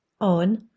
on